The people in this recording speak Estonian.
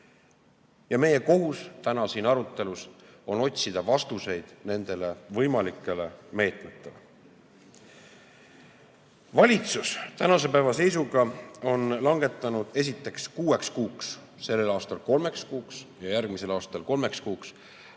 ja meie kohus on tänases arutelus otsida vastuseid nendele võimalikele meetmetele. Valitsus on tänase päeva seisuga langetanud otsuse, et esiteks, kuueks kuuks – sellel aastal kolmeks kuuks ja järgmisel aastal kolmeks kuuks